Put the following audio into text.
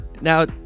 Now